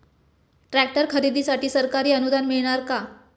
Tractor खरेदीसाठी सरकारी अनुदान मिळणार का?